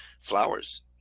flowers